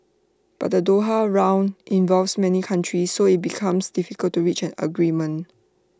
but the Doha round involves many countries so IT becomes difficult to reaching A agreement